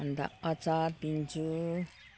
अन्त अचार पिस्छु